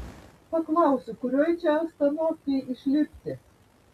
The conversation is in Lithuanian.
paklausiu kurioj čia astanovkėj išlipti